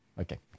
Okay